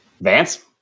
Vance